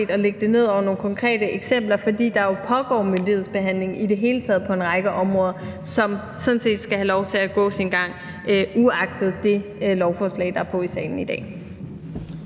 at lægge det ned over nogle konkrete eksempler, fordi der jo pågår myndighedsbehandling i det hele taget på en række områder, som sådan set skal have lov til at gå sin gang – uagtet det lovforslag, der er på i salen i dag.